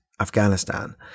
Afghanistan